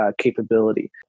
capability